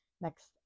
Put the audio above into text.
Next